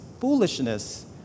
foolishness